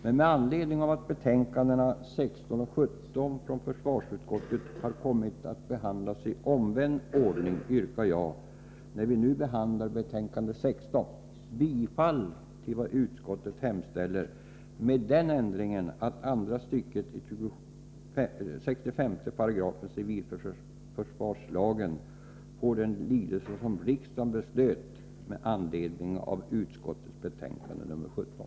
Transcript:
Med anledning att betänkandena 16 och 17 från försvarsutskottet har kommit att behandlas i omvänd ordning yrkar jag — när vi nu behandlar betänkande 16 — bifall till vad utskottet hemställer med den ändringen att andra stycket i 65 § civilförsvarslagen får den lydelse som riksdagen beslöt med anledning av utskottets betänkande 17.